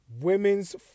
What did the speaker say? women's